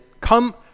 come